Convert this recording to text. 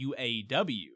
UAW